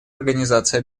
организации